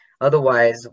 Otherwise